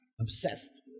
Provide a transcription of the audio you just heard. Obsessed